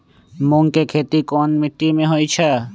मूँग के खेती कौन मीटी मे होईछ?